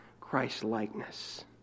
Christ-likeness